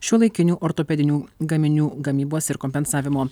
šiuolaikinių ortopedinių gaminių gamybos ir kompensavimo